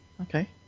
Okay